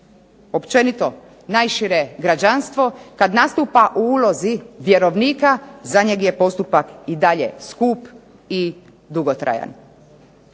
općenito najšire građanstvo, kada nastupa u ulozi vjerovnika, za njega je postupak i dalje skup i dugotrajan.